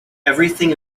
everything